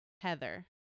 Heather